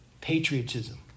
Patriotism